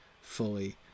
fully